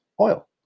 oil